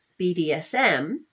BDSM